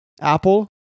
Apple